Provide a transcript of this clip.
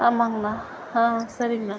ஆமாங்ணா ஆ சரிங்ணா